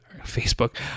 Facebook